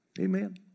Amen